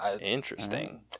Interesting